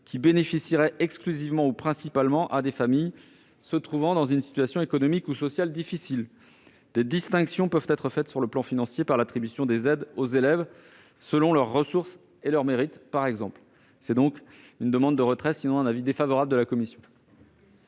qui bénéficieraient exclusivement ou principalement à des familles se trouvant dans une situation économique ou sociale difficile. Des distinctions peuvent être faites sur le plan financier par l'attribution des aides aux élèves selon leurs ressources et leurs mérites. Par conséquent, la commission demande le retrait de cet amendement